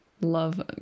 love